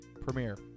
premiere